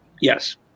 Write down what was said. Yes